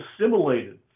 assimilated